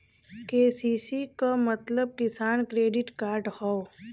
KCC क मतलब किसान क्रेडिट कार्ड हौ